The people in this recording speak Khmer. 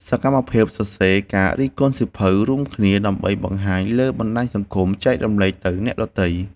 សកម្មភាពសរសេរការរិះគន់សៀវភៅរួមគ្នា ដើម្បីបង្ហោះលើបណ្ដាញសង្គមចែករំលែកទៅអ្នកដទៃ។